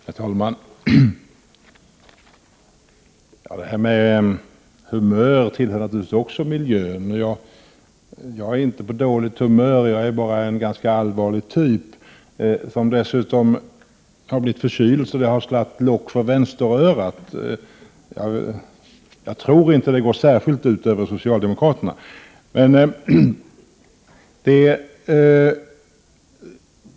Herr talman! Det här med humör hör naturligtvis också till miljön. Jag är inte på dåligt humör. Jag är bara en ganska allvarlig typ, som dessutom har blivit förkyld så att det slagit lock för vänsterörat. Men jag tror inte att det går ut särskilt över socialdemokraterna.